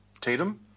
Tatum